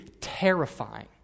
terrifying